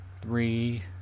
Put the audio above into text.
three